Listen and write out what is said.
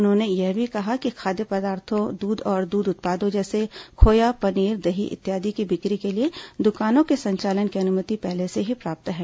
उन्होंने यह भी कहा कि खाद्य पदार्थो दूध और दूध उत्पादों जैसे खोयापनीरदही इत्यादि की बिक्री के लिए दुकानों के संचालन की अनुमति पहले से ही प्राप्त है